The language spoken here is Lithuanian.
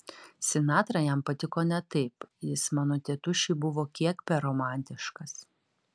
sinatra jam patiko ne taip jis mano tėtušiui buvo kiek per romantiškas